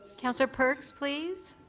councillor perks, please.